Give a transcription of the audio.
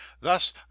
thus